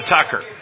Tucker